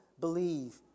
believe